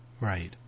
Right